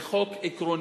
זה חוק עקרוני,